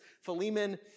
Philemon